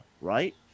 right